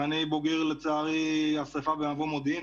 ואני בוגר לצערי של השרפה במבוא מודיעים,